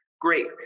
Great